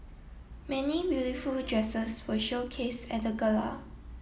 many beautiful dresses were showcased at the gala